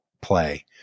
play